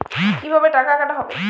কিভাবে টাকা কাটা হবে?